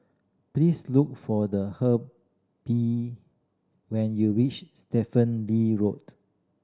please look for the when you reach Stephen Lee Road